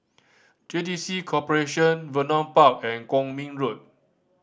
J T C Corporation Vernon Park and Kwong Min Road